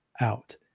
out